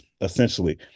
essentially